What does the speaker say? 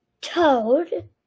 Toad